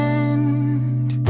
end